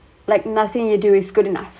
like nothing you do is good enough